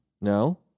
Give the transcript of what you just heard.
No